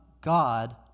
God